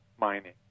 mining